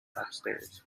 upstairs